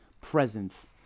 presence